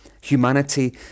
humanity